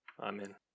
Amen